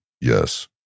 Yes